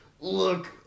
look